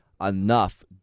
enough